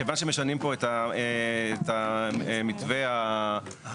כיוון שמשנים פה את המתווה הקנייני